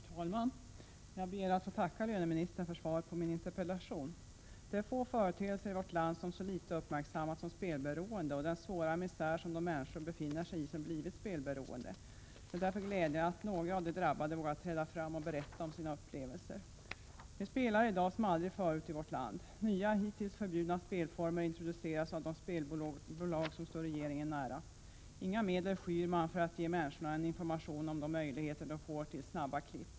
Herr talman! Jag ber att få tacka löneministern för svaret på min interpellation. Det är få företeelser i vårt land som så litet uppmärksammats som spelberoende och den svåra misär som de människor som blivit spelberoende befinner sig i. Det är därför glädjande att några av de drabbade vågat träda fram och berätta om sina upplevelser. Vi spelar i dag som aldrig förut i vårt land. Nya, hittills förbjudna, spelformer introduceras av de spelbolag som står regeringen nära. Inga medel skyr man för att ge människorna information om de möjligheter som finns att göra snabba klipp.